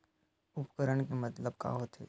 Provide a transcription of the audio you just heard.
उपकरण के मतलब का होथे?